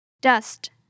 Dust